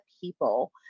people